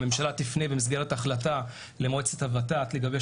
הממשלה תפנה במסגרת החלטה למועצת הוות"ת לגבש